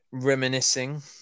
reminiscing